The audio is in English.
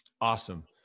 Awesome